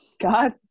God